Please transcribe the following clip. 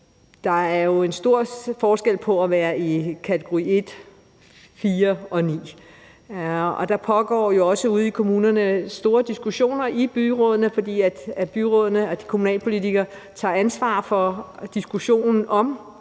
Der er jo en stor forskel på at være i kategori 1, 4 og 9. Der pågår jo også ude i kommunerne store diskussioner i byrådene, fordi byrådene og kommunalpolitikerne tager ansvar for diskussionen om,